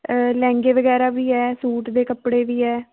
ਲਹਿੰਗੇ ਵਗੈਰਾ ਵੀ ਹੈ ਸੂਟ ਦੇ ਕੱਪੜੇ ਵੀ ਹੈ